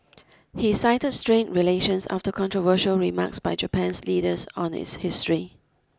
he cited strained relations after controversial remarks by Japan's leaders on its history